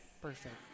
Perfect